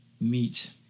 meet